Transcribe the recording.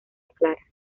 clara